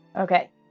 Okay